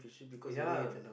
ya